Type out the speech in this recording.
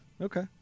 Okay